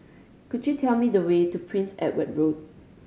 could you tell me the way to Prince Edward Road